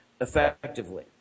effectively